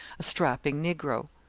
a strapping negro.